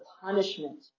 punishment